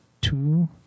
two